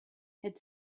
had